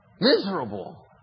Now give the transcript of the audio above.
miserable